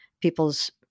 people's